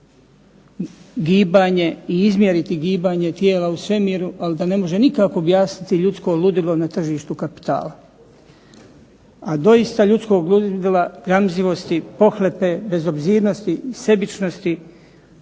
i izmjeriti gibanje tijela u svemiru, ali da ne može nikako objasniti ljudsko ludilo na tržištu kapitala, a doista ljudskog ludila, gramzivosti, pohlepe, bezobzirnosti, sebičnosti